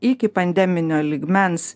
iki pandeminio lygmens